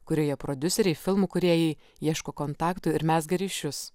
kurioje prodiuseriai filmų kūrėjai ieško kontaktų ir mezga ryšius